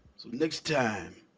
next time